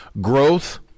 Growth